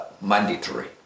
mandatory